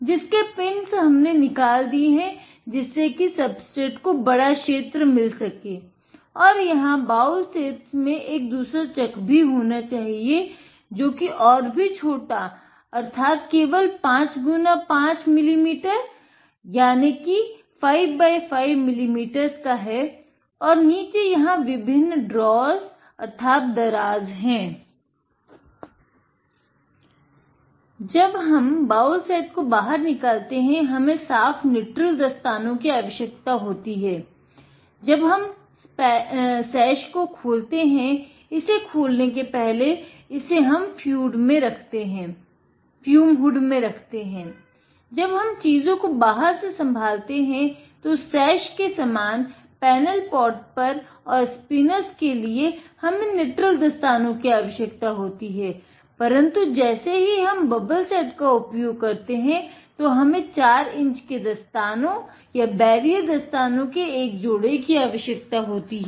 जब हम bowl set को बाहर निकालते हैं हमे साफ़ निट्रील दस्तानों के एक जोड़े की आवश्यकता होती है